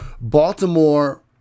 Baltimore